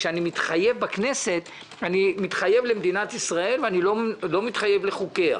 כאשר אני מתחייב בכנסת אני מתחייב למדינת ישראל ואני לא מתחייב לחוקיה,